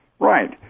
Right